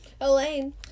Elaine